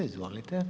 Izvolite.